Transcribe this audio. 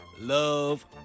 love